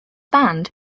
band